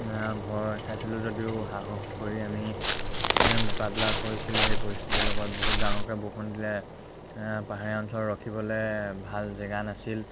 ভয় খাইছিলোঁ যদিও সাহস কৰি আমি মোকাবিলা কৰিছিলোঁ সেই পৰিস্থিতিৰ লগত বহুত ডাঙৰকৈ বৰষুণ দিলে পাহাৰীয়া অঞ্চল ৰখিবলৈ ভাল জেগা নাছিল